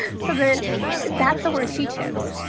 so then that's the word she chose.